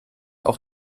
auch